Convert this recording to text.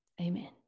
Amen